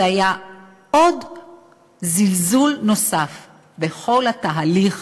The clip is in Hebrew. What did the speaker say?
זה היה זלזול נוסף בכל התהליך